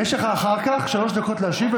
אבל